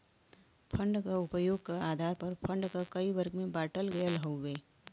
fund क उपयोग क आधार पर फण्ड क कई वर्ग में बाँटल गयल हउवे